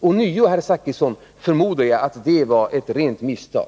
Ånyo, herr Zachrisson, förmodar jag att det var ett rent misstag.